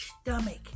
stomach